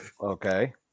okay